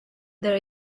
there